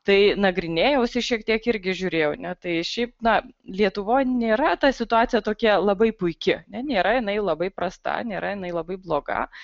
tai nagrinėjausi šiek tiek irgi žiūrėjau ne tai šiaip na lietuvoj nėra ta situacija tokia labai puiki nėra jinai labai prasta nėra jinai labai bloga